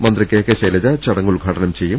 മന്ത്രി K K Shailaja ചടങ്ങ് ഉദ്ഘാടനം ചെയ്യും